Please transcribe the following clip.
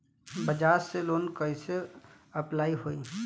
बजाज से लोन कईसे अप्लाई होई?